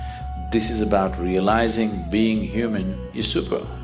this is about realizing, being human is super